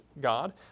God